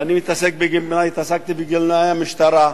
והתעסקתי בגמלאי המשטרה,